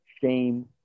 shame